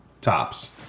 tops